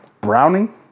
Browning